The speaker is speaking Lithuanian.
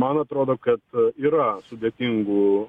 man atrodo kad yra sudėtingų